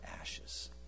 ashes